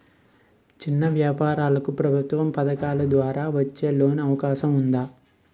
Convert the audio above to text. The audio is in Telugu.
చిన్న వ్యాపారాలకు ప్రభుత్వం పథకాల ద్వారా వచ్చే లోన్ అవకాశం ఉందా?